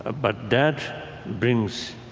ah but that brings